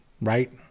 right